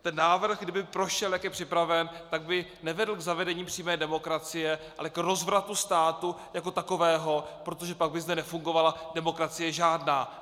Ten návrh, kdyby prošel, jak je připraven, tak by nevedl k zavedení přímé demokracie, ale k rozvratu státu jako takového, protože pak by zde nefungovala demokracie žádná.